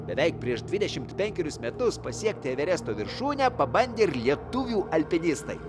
beveik prieš dvidešimt penkerius metus pasiekti everesto viršūnę pabandė ir lietuvių alpinistai